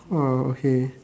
!wow! okay